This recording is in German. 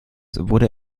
wurde